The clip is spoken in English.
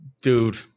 Dude